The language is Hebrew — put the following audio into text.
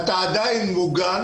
אתה עדיין מוגן